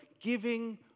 giving